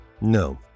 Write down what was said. No